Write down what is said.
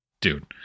dude